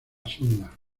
sonda